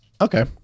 okay